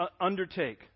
undertake